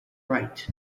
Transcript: right